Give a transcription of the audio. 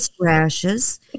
rashes